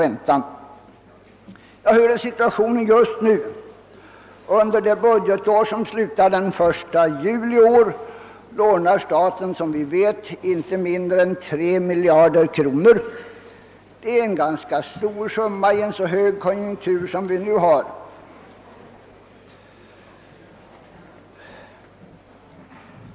Hurdan är då situationen just nu? Under det budgetår som slutar den 1 juli i år lånar staten som bekant upp inte mindre än 3 miljarder kronor. Det är en ganska stor summa i en så hög konjunktur som den vi nu har.